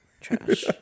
Trash